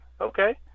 Okay